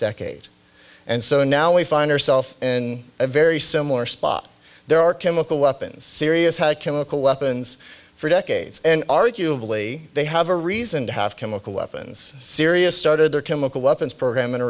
decade and so now we find herself in a very similar spot there are chemical weapons serious chemical weapons for decades and arguably they have a reason to have chemical weapons syria started their chemical weapons program in